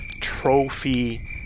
trophy